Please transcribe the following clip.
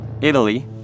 Italy